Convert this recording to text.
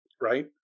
right